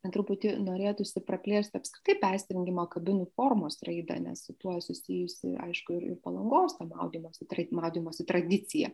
man truputį norėtųsi praplėsti apskritai persirengimo kabinų formos raidą nes su tuo susijusi aišku ir palangos ta maudymosi tra maudymosi tradicija